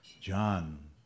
John